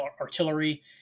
artillery